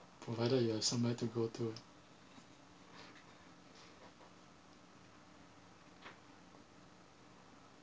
provided you have somewhere to go to